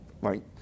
right